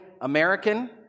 American